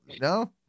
no